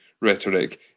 rhetoric